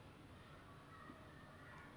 err the pills is the sleeping [one] right